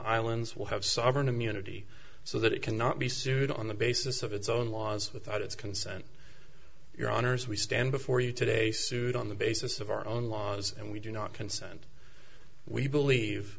islands will have sovereign immunity so that it cannot be sued on the basis of its own laws without its consent your honour's we stand before you today sued on the basis of our own laws and we do not consent we believe